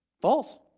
False